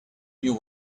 you